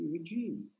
regime